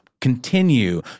continue